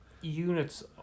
units